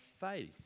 faith